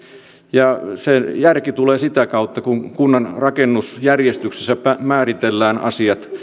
ja se järki tulee sitä kautta kun kunnan rakennusjärjestyksessä määritellään asiat